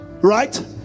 right